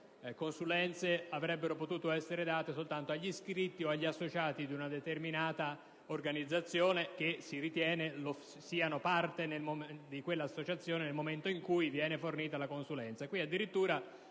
consulenze avrebbero potuto essere date solo agli iscritti o agli associati di una determinata organizzazione che si ritiene siano parte di quell'associazione nel momento in cui viene fornita la consulenza. Qui addirittura